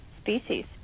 species